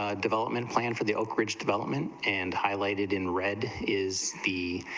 ah development plan for the oak ridge development and highlighted in red is the